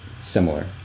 similar